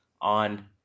on